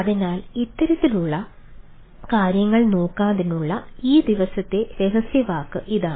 അതിനാൽ ഇത്തരത്തിലുള്ള കാര്യങ്ങൾ നോക്കാനുള്ള ഈ ദിവസത്തെ രഹസ്യവാക്ക് ഇതാണ്